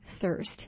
thirst